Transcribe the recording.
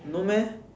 no meh